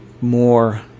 more